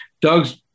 Doug's